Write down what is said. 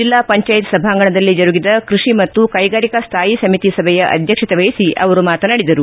ಜಿಲ್ಲಾ ಪಂಚಾಯತ್ ಸಭಾಂಗಣದಲ್ಲಿ ಜರುಗಿದ ಕೃಷಿ ಮತ್ತು ಕೈಗಾರಿಕಾ ಸ್ವಾಯಿ ಸಮಿತಿ ಸಭೆಯ ಅಧ್ಯಕ್ಷತೆವಹಿಸಿ ಅವರು ಮಾತನಾಡಿದರು